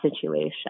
situation